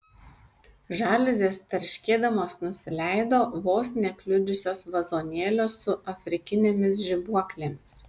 žaliuzės tarškėdamos nusileido vos nekliudžiusios vazonėlio su afrikinėmis žibuoklėmis